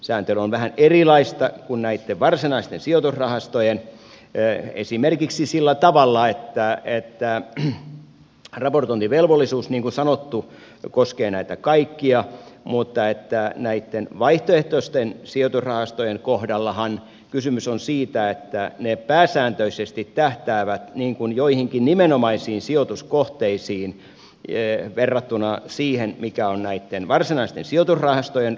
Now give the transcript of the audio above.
sääntely on vähän erilaista kuin näitten varsinaisten sijoitusrahastojen esimerkiksi sillä tavalla että raportointivelvollisuus niin kuin sanottu koskee näitä kaikkia mutta näitten vaihtoehtoisten sijoitusrahastojen kohdallahan kysymys on siitä että ne pääsääntöisesti tähtäävät joihinkin nimenomaisiin sijoituskohteisiin verrattuna siihen mikä on näitten varsinaisten sijoitusrahastojen rooli